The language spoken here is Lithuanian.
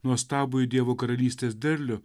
nuostabųjį dievo karalystės derlių